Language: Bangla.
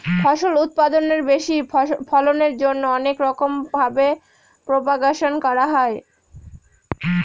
ফল উৎপাদনের বেশি ফলনের জন্যে অনেক রকম ভাবে প্রপাগাশন করা হয়